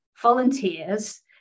volunteers